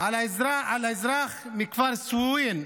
על אזרח מכפר סויוין,